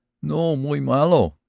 no muy malo,